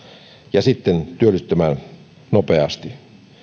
ja sitten työllistymään nopeasti